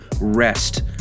rest